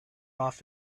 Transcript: off